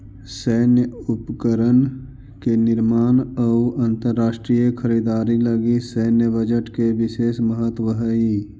सैन्य उपकरण के निर्माण अउ अंतरराष्ट्रीय खरीदारी लगी सैन्य बजट के विशेष महत्व हई